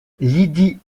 lydie